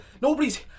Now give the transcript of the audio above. Nobody's